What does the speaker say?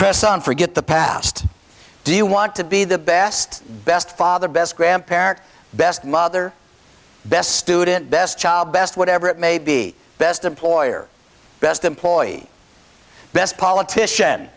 press on forget the past do you want to be the best best father best grandparent best mother best student best child best whatever it may be best employer best employee best politician